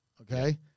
okay